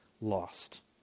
lost